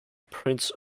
prince